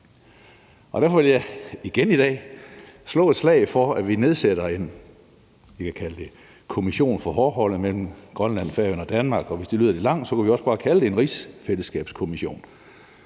Derfor vil jeg igen i dag slå et slag for, at vi nedsætter det, vi kan kalde en kommission for forholdet mellem Grønland, Færøerne og Danmark, og hvis det lyder lidt langt, kunne vi også bare kalde det en rigsfællesskabskommission.